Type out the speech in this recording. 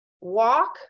walk